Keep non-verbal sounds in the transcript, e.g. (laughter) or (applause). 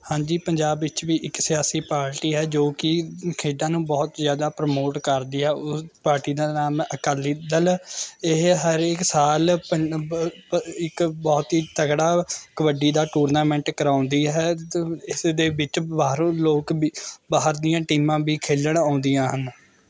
ਹਾਂਜੀ ਪੰਜਾਬ ਵਿੱਚ ਵੀ ਇੱਕ ਸਿਆਸੀ ਪਾਰਟੀ ਹੈ ਜੋ ਕਿ ਖੇਡਾਂ ਨੂੰ ਬਹੁਤ ਜਿਆਦਾ ਪ੍ਰਮੋਟ ਕਰਦੀ ਆ ਉਹ ਪਾਰਟੀ ਦਾ ਨਾਮ ਅਕਾਲੀ ਦਲ ਇਹ ਹਰੇਕ ਸਾਲ (unintelligible) ਇੱਕ ਬਹੁਤ ਹੀ ਤਕੜਾ ਕਬੱਡੀ ਦਾ ਟੂਰਨਾਮੈਂਟ ਕਰਾਉਂਦੀ ਹੈ (unintelligible) ਇਸਦੇ ਵਿੱਚ ਬਾਹਰੋਂ ਲੋਕ ਵੀ ਬਾਹਰ ਦੀਆਂ ਟੀਮਾਂ ਵੀ ਖੇਲਣ ਆਉਂਦੀਆਂ ਹਨ